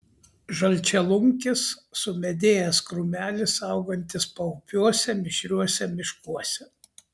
žalčialunkis sumedėjęs krūmelis augantis paupiuose mišriuose miškuose